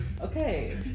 Okay